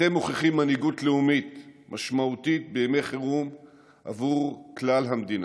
אתם מוכיחים מנהיגות לאומית משמעותית בימי חירום עבור כלל המדינה.